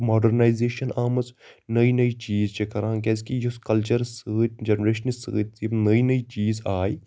modernisation آمٕژ نیہِ نیہِ چیٖز چھِ کَران کیازِ کہِ یُس کَلچر سۭتۍ جنریشنہِ سۭتۍ یِم نٔے نٔے چیٖز آے